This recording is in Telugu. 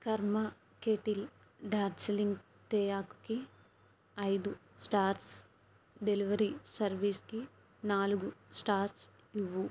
కర్మా కెటిల్ డార్జీలింగ్ తేయాకుకి ఐదు స్టార్స్ డెలివరీ సర్వీస్కి నాలుగు స్టార్స్ ఇవ్వు